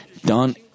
done